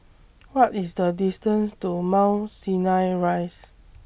What IS The distance to Mount Sinai Rise